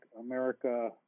America